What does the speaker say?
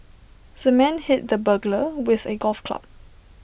the man hit the burglar with A golf club